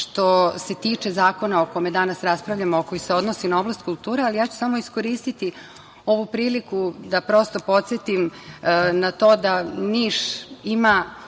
što se tiče zakona o kome danas raspravljamo, a koji se odnosi na oblast kulture, ali ja ću samo iskoristiti ovu priliku da prosto podsetim na to da Niš ima